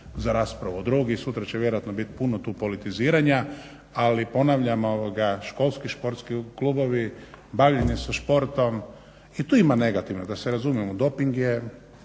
za raspravu o drogi i sutra će vjerojatno biti puno tu politiziranja. Ali ponavljam školski športski klubovi, bavljenje sa športom i tu ima negativnog da se razumijemo, doping je